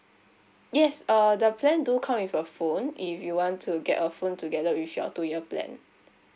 yes uh the plan do come with a phone if you want to get a phone together with your two year plan